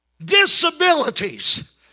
Disabilities